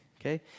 okay